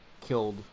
killed